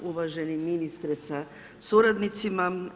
Uvaženi ministre sa suradnicima.